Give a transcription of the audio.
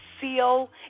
seal